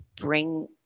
bring